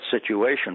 situation